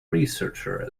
researcher